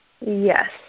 Yes